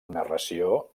narració